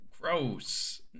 Gross